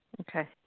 Okay